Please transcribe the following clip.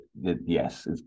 yes